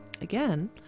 Again